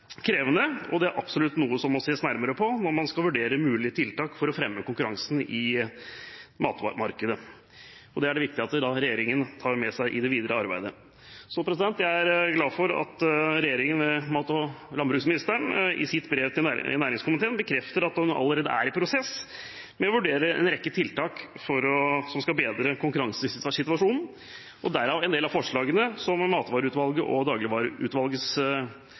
krevende, og dette er absolutt noe som må ses nærmere på når man skal vurdere mulige tiltak for å fremme konkurransen i matvaremarkedet. Dette er det viktig at regjeringen tar med seg i det videre arbeidet. Jeg er glad for at regjeringen ved mat- og landbruksministeren i sitt brev til næringskomiteen bekrefter at hun allerede er i prosess med å vurdere en rekke tiltak som skal bedre konkurransesituasjonen, og derav en del av forslagene som Matkjedeutvalget og